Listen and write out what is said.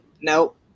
nope